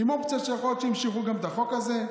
עם אופציה שיכול להיות שימשכו את החוק הזה,